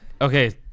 Okay